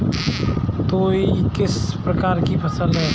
तोरई किस प्रकार की फसल है?